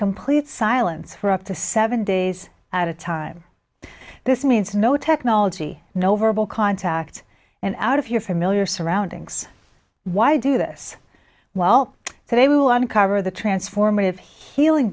complete silence for up to seven days at a time this means no technology no verbal contact and out of your familiar surroundings why do this while they will uncover the transformative healing